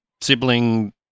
sibling